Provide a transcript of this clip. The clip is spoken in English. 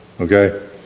okay